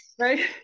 Right